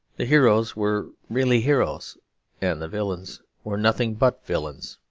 the heroes were really heroes and the villains were nothing but villains.